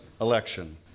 election